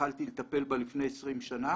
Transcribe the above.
כשהתחלתי לטפל בה לפני 20 שנה,